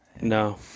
No